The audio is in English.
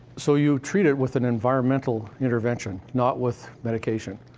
so you treat it with an environmental intervention, not with medication.